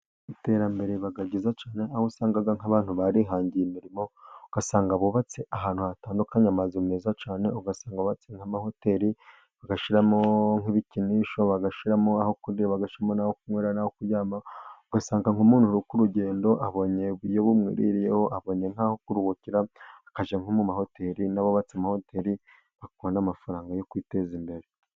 Iterambere riba ryiza cyane, aho usanga nk'abantu barihangiye imirimo ,ugasanga bubatse ahantu hatandukanye, amazu meza cyane ,ugasanga bubatse n'amahoteli, bagashyiramo nk'ibikinisho, bagashyiramo aho kurira, bagashyiramo aho kunywera, n'aho kuryama, ugasanga nk'umuntu uri ku rugendo abonye bumwiriyeho nkaho kuruhukira akajya nko mu mahoteli n'abubatse amahoteri akura n'amafaranga yo kwiteza imbere.